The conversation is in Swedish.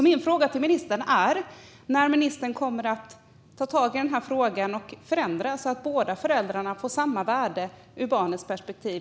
Min fråga till ministern är därför när ministern kommer att ta tag i denna fråga och förändra lagstiftningen så att båda föräldrarna redan från födseln får samma värde ur barnets perspektiv.